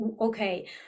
okay